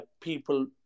people